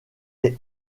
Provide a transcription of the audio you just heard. est